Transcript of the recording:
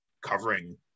covering